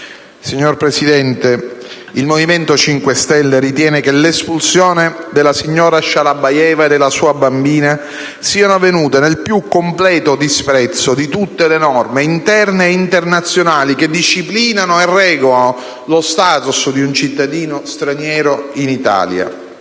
Signor Presidente, il Movimento 5 Stelle ritiene che l'espulsione della signora Shalabayeva e della sua bambina siano avvenute nel più completo disprezzo di tutte le norme interne e internazionali che disciplinano e regolano lo *status* di un cittadino straniero in Italia.